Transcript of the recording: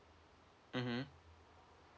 mmhmm